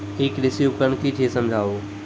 ई कृषि उपकरण कि छियै समझाऊ?